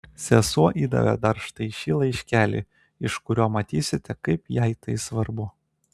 sesuo įdavė dar štai šį laiškelį iš kurio matysite kaip jai tai svarbu